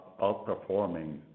outperforming